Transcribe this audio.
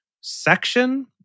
section